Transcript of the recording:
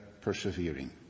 persevering